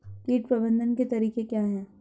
कीट प्रबंधन के तरीके क्या हैं?